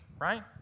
right